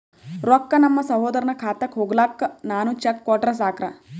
ರೊಕ್ಕ ನಮ್ಮಸಹೋದರನ ಖಾತಕ್ಕ ಹೋಗ್ಲಾಕ್ಕ ನಾನು ಚೆಕ್ ಕೊಟ್ರ ಸಾಕ್ರ?